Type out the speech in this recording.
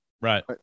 Right